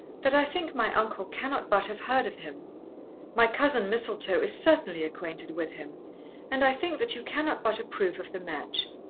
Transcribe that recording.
that i think my uncle cannot but have heard of him my cousin mistletoe is certainly acquainted with him and i think that you cannot but approve of the match.